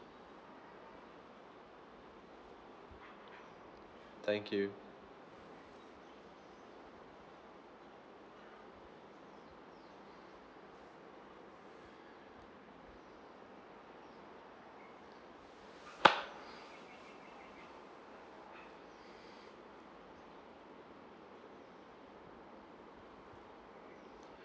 thank you